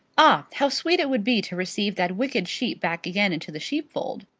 ah, how sweet it would be to receive that wicked sheep back again into the sheepfold,